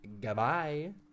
goodbye